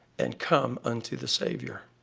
and come unto the savior.